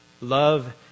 love